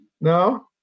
No